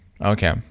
okay